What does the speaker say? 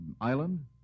island